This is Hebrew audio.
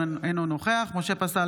אינו נוכח משה פסל,